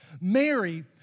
Mary